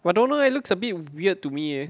but don't know leh looks a bit weird to me